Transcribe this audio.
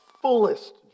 fullest